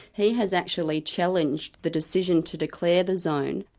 he has actually challenged the decision to declare the zone,